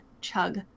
chug